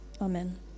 Amen